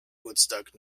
woodstock